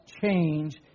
change